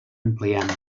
ampliant